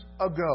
ago